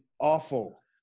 awful